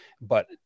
But-